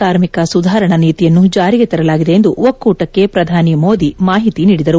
ಕಾರ್ಮಿಕ ಸುಧಾರಣಾ ನೀತಿಯನ್ನು ಜಾರಿಗೆ ತರಲಾಗಿದೆ ಎಂದು ಒಕ್ಕೂಟಕ್ಕೆ ಪ್ರಧಾನಿ ಮೋದಿ ಮಾಹಿತಿ ನೀಡಿದರು